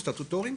סטטוטוריים.